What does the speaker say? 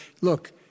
look